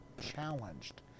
challenged